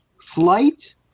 Flight